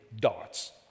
darts